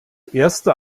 erste